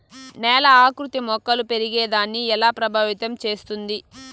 నేల ఆకృతి మొక్కలు పెరిగేదాన్ని ఎలా ప్రభావితం చేస్తుంది?